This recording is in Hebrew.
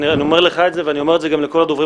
אני אומר לך את זה ואני אומר את גם לכל הדוברים